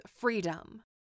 freedom